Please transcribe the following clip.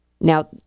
Now